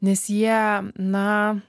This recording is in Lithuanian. nes jie na